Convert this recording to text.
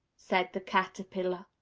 said the caterpillar.